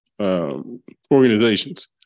organizations